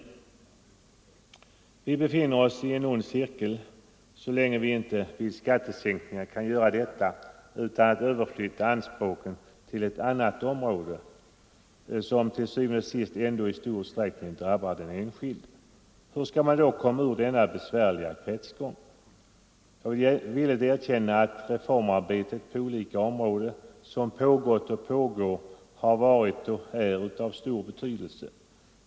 Vi kommer att befinna oss i denna onda cirkel så länge vi inte kan vidta skattesänkningar utan att samtidigt överflytta anspråken till ett annat område där de ändå til syvende og sidst drabbar den enskilde. Hur skall vi då komma ur denna besvärliga kretsgång? Jag skall villigt erkänna att det reformarbete som pågått och pågår på olika områden har varit och är av stor betydelse.